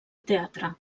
teatre